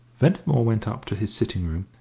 ventimore went up to his sitting-room,